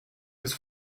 his